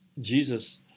Jesus